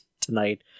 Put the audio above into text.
tonight